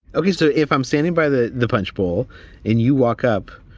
ok, so if i'm standing by the the punch bowl and you walk up,